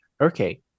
Okay